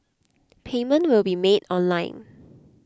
payment will be made online